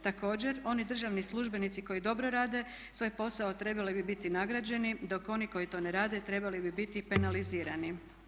Također, oni državni službenici koji dobro rade svoj posao trebali bi biti nagrađeni, dok oni koji to ne rade trebali bi biti penalizirani.